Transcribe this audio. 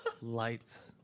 lights